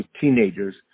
teenagers